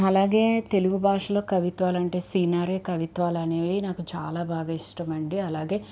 అలాగే తెలుగు భాషలో కవిత్వాలు అంటే సినారే కవిత్వాలు అనేవి నాకు చాలా బాగా ఇష్టమండి అలాగే